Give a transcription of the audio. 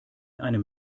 einem